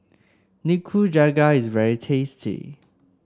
nikujaga is very tasty